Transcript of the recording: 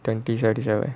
twenty seventy seven